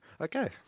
Okay